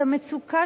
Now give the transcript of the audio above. את המצוקה,